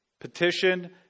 petition